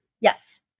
Yes